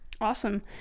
Awesome